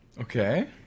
Okay